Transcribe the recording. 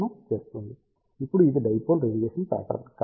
ఇప్పుడు ఇది dipole radiation ప్యా ట్రన్